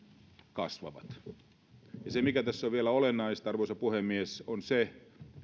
kasvavat ja se mikä tässä on vielä olennaista arvoisa puhemies on se